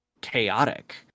chaotic